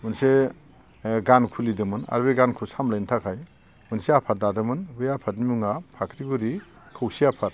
मोनसे गान खुलिदोंमोन आरो बे गानखौ सामलायनो थाखाय मोनसे आफाद दादोंमोन बे आफादनि मुङा फाख्रिगुरि खौसे आफाद